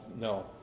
No